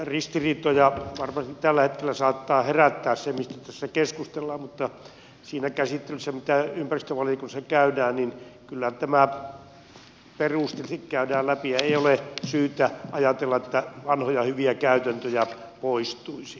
ristiriitoja varmasti tällä hetkellä saattaa herättää se mistä tässä keskustellaan mutta siinä käsittelyssä mitä ympäristövaliokunnassa käydään tämä kyllä perusteellisesti käydään läpi eikä ole syytä ajatella että vanhoja hyviä käytäntöjä poistuisi